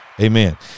Amen